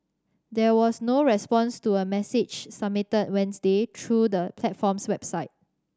there was no response to a message submitted Wednesday through the platform's website